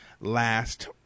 last